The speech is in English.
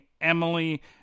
Emily